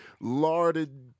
larded